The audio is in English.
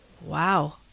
Wow